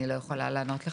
אני לא יכולה לענות לך,